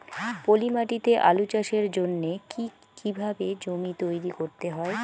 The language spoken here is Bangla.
পলি মাটি তে আলু চাষের জন্যে কি কিভাবে জমি তৈরি করতে হয়?